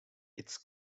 its